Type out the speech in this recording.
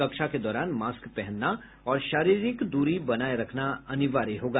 कक्षा के दौरान मास्क पहनना और शारीरिक दूरी बनाये रखना अनिवार्य होगा